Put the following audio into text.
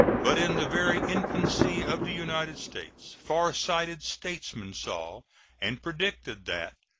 but in the very infancy of the united states far-sighted statesmen saw and predicted that,